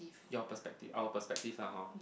your perspective our perspective lah hor